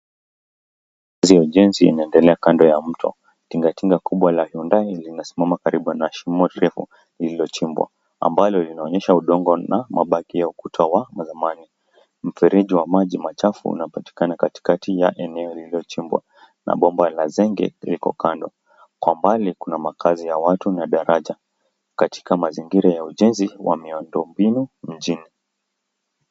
kazi ya ujenzi inaendelea kando ya mto. Tingatinga kubwa la Hyundai linasimama karibu na shimo refu lililochimbwa ambalo linaonyesha udongo na mabaki ya ukuta wa zamani. Mferiji wa maji machafu unapatikana katikati ya eneo lililochimbwa na bomba la zenge liko kando. Kwa mbali kuna makazi ya watu na daraja. Katika mazingira ya ujenzi wa miundombinu mjini.